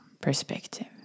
perspective